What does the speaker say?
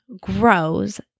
grows